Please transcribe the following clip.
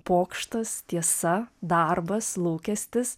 pokštas tiesa darbas lūkestis